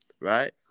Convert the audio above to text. Right